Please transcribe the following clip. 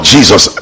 Jesus